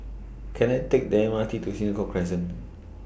Can I Take The M R T to Senoko Crescent